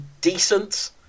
decent